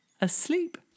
asleep